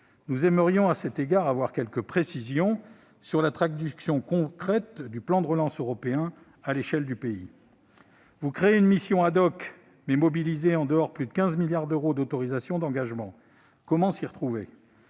Nous aimerions à cet égard avoir quelques précisions sur la traduction concrète du plan de relance européen à l'échelle du pays. Vous créez une mission, mais mobilisez en dehors plus de 15 milliards d'euros d'autorisations d'engagement. Comment s'y retrouver ?